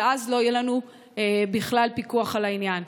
ואז לא יהיה לנו בכלל פיקוח על העניין.